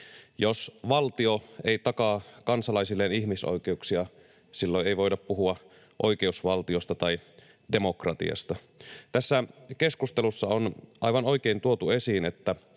Jos valtio ei takaa kansalaisilleen ihmisoikeuksia, silloin ei voida puhua oikeusvaltiosta tai demokratiasta. Tässä keskustelussa on aivan oikein tuotu esiin